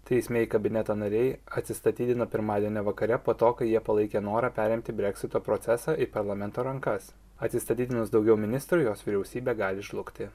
teismai kabineto nariai atsistatydino pirmadienį vakare po to kai jie palaikė norą perimti breksito procesą į parlamento rankas atsistatydinus daugiau ministrų jos vyriausybė gali žlugti